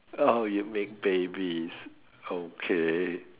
oh you make babies okay